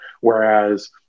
whereas